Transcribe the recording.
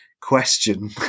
question